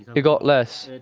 it got less.